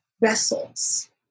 vessels